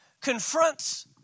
confronts